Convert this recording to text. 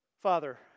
Father